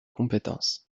compétences